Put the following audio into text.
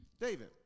David